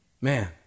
Man